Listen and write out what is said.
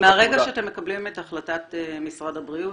מהרגע שאתם מקבלים את החלטת משרד הבריאות,